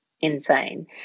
insane